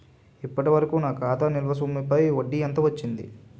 ఇప్పటి వరకూ నా ఖాతా నిల్వ సొమ్ముపై వడ్డీ ఎంత వచ్చింది?